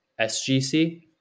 SGC